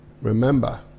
Remember